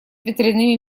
ветряными